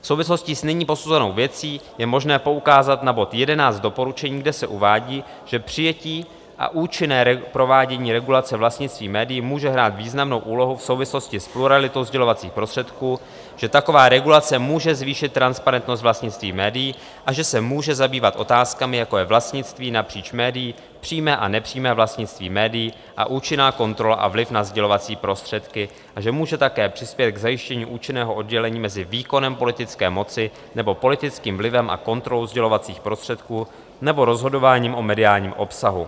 V souvislosti s nyní posuzovanou věcí je možné poukázat na bod 11 doporučení, kde se uvádí, že přijetí a účinné provádění regulace vlastnictví médií může hrát významnou úlohu v souvislosti s pluralitou sdělovacích prostředků, že taková regulace může zvýšit transparentnost vlastnictví médií a že se může zabývat otázkami, jako je vlastnictví napříč médii, přímé a nepřímé vlastnictví médií a účinná kontrola a vliv na sdělovací prostředky, a že může také přispět k zajištění účinné oddělení mezi výkonem politické moci nebo politickým vlivem a kontrolou sdělovacích prostředků nebo rozhodováním o mediálním obsahu.